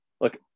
look